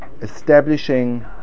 establishing